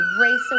race